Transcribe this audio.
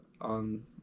on